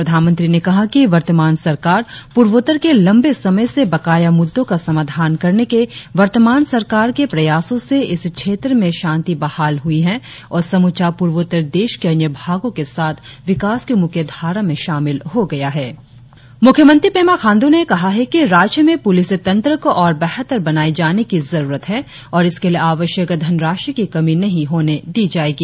प्रधानमंत्री ने कहा कि वर्तमान सरकार पूर्वोत्तर के लंबे समय से बकाया मुद्दों का समाधान करने के वर्तमान सरकार के प्रयासों से इस क्षेत्र में शांति बहाल हुई है और समूचा पूर्वोत्तर देश के अन्य भागों के साथ विकास की मुख्यधारा में शामिल हो गया है मुख्यमंत्री पेमा खाण्डू ने कहा है कि राज्य में पुलिस तंत्र को और बेहतर बनाये जाने की जरुरत है और इसके लिए आवश्यक धनराशि की कमी नहीं होने दी जाएगी